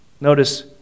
Notice